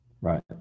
right